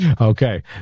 Okay